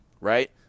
right